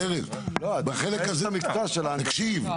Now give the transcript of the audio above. ארז, תקשיב.